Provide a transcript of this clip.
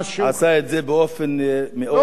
עשה את זה באופן מאוד יפה,